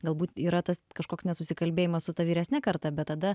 galbūt yra tas kažkoks nesusikalbėjimas su ta vyresne karta bet tada